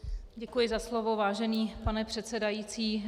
Děkuji za slovo, vážený pane předsedající.